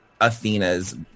Athena's